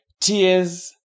Tears